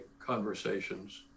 conversations